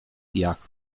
jak